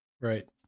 right